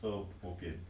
how much was it